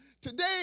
today